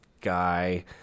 guy